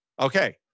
Okay